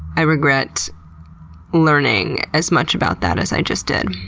i regret learning as much about that as i just did.